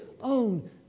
own